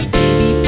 Baby